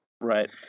Right